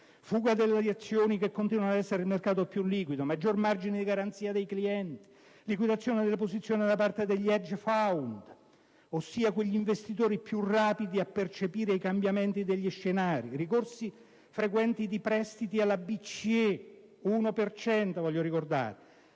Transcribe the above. fuga dalle azioni, che continuano ad essere il mercato più liquido; maggior margine di garanzia dei clienti; liquidazione delle posizioni da parte degli *hedge fund*, ossia quegli investitori più rapidi a percepire i cambiamenti degli scenari; ricorsi frequenti di prestiti alla BCE (all'1 per